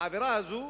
שהעבירה הזאת,